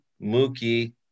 Mookie